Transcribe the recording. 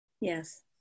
Yes